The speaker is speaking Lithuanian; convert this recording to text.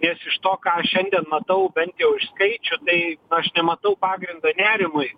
nes iš to ką aš šiandien matau bent jau iš skaičių tai na aš nematau pagrinda nerimui